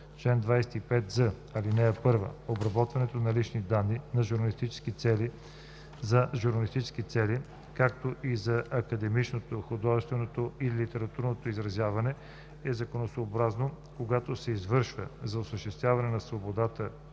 Чл. 25з. (1) Обработването на лични данни за журналистически цели, както и за академичното, художественото или литературното изразяване, е законосъобразно, когато се извършва за осъществяване на свободата